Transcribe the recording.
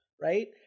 right